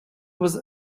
was